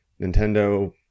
Nintendo